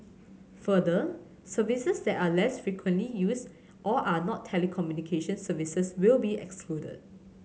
further services that are less frequently used or are not telecommunication services will be excluded